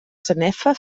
sanefa